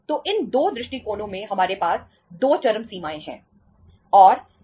तो इन 2 दृष्टिकोणों में हमारे पास 2 चरम सीमाएं हैं